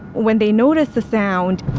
when they notice a sound,